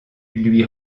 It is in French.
lui